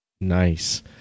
nice